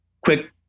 quick